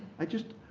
i just